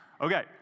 Okay